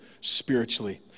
spiritually